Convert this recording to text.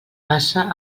passa